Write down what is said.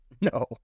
No